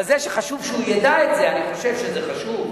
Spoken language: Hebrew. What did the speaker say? אבל זה שחשוב שהוא ידע את זה, אני חושב שזה חשוב.